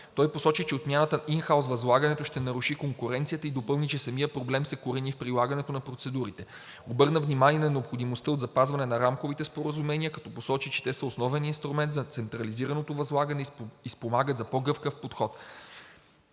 Той посочи, че отмяната на ин хаус възлагането ще наруши конкуренцията и допълни, че самият проблем се корени в прилагането на процедурите. Обърна внимание и на необходимостта от запазване на рамковите споразумения, като посочи, че те са основен инструмент за централизираното възлагане и спомагат за по-гъвкав подход.